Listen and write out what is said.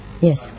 Yes